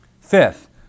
Fifth